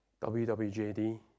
WWJD